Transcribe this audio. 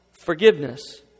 Forgiveness